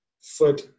foot